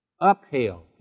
Uphill